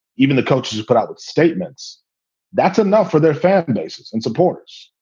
even the coaches put out statements that's enough for their fan bases and supporters.